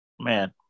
man